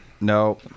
No